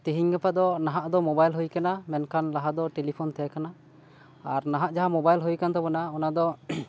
ᱦᱮᱸ ᱛᱤᱦᱤᱧ ᱜᱟᱯᱟ ᱫᱚ ᱱᱟᱦᱟᱜ ᱫᱚ ᱢᱳᱵᱟᱭᱤᱞ ᱦᱩᱭ ᱟᱠᱟᱱᱟ ᱢᱮᱱᱠᱷᱟᱱ ᱞᱟᱦᱟ ᱫᱚ ᱴᱮᱞᱤ ᱯᱷᱳᱱ ᱛᱟᱦᱮᱸ ᱠᱟᱱᱟ ᱟᱨ ᱱᱟᱦᱟᱜ ᱡᱟᱦᱟᱸ ᱢᱳᱵᱟᱭᱤᱞ ᱦᱩᱭ ᱟᱠᱟᱱ ᱛᱟᱵᱚᱱᱟ ᱚᱱᱟᱫᱚ